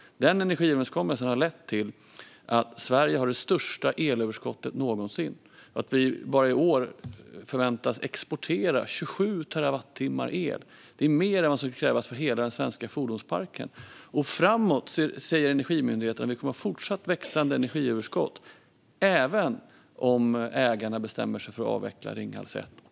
Den energiöverenskommelsen har lett till att Sverige har det största elöverskottet någonsin och att vi bara i år förväntas exportera 27 terawattimmar el. Det är mer än vad som skulle krävas för hela den svenska fordonsparken. Framåt säger Energimyndigheten att vi kommer att ha ett fortsatt växande energiöverskott, även om ägarna bestämmer sig för att avveckla Ringhals 1 och 2.